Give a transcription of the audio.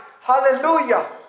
Hallelujah